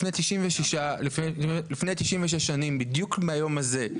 לפני 96 שנים בדיוק מהיום הזה,